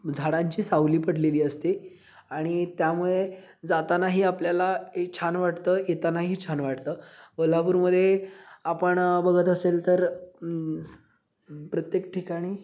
झाडांची सावली पडलेली असते आणि त्यामुळे जातानाही आपल्याला ये छान वाटतं येतानाही छान वाटतं कोल्हापूरमध्ये आपण बघत असेल तर प्रत्येक ठिकाणी